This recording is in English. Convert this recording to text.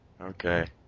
Okay